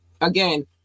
again